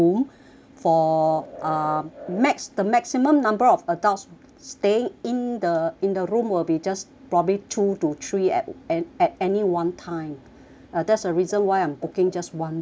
for uh max the maximum number of adults staying in the in the room will be just probably two to three at at at any one time uh that's I reason why I'm booking just one room